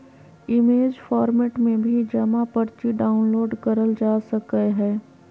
image format में भी जमा पर्ची डाउनलोड करल जा सकय हय